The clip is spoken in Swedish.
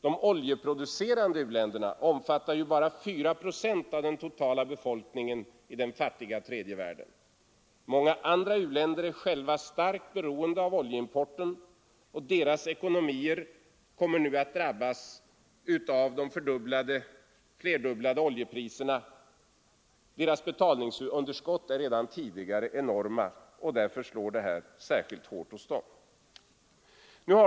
De oljeproducerande u-länderna omfattar bara ca 4 procent av den totala befolkningen i den fattiga tredje världen. Många andra u-länder är själva starkt beroende av oljeimport. Deras ekonomier kommer nu att drabbas av de flerdubblade oljepriserna. Deras betalningsunderskott är redan tidigare enorma, och därför slår detta särskilt hårt hos dem.